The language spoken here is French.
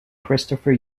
christopher